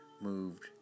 moved